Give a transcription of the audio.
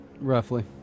Roughly